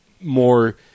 more